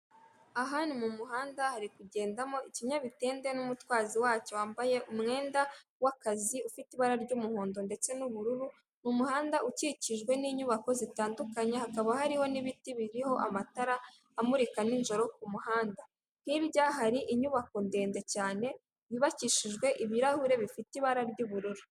Aha ni mu muhanda hari kugendamo ikinyabitende n'umutwazi wacyo wambaye umwenda w'akazi, ufite ibara ry'umuhondo ndetse n'ubururu. Ni umuhanda ukikijwe n'inyubako zitandukanye hakaba hariho n'ibiti biriho amatara amurika nijoro ku muhanda. Hirya hari inyubako ndende cyane yubakishijwe ibirahure bifite ibara ry'ubururu.